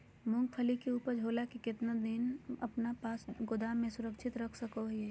मूंगफली के ऊपज होला के बाद कितना दिन अपना पास गोदाम में सुरक्षित रख सको हीयय?